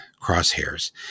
crosshairs